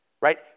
right